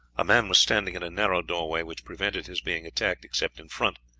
a man was standing in a narrow doorway, which prevented his being attacked except in front,